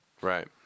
Right